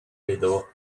vedovo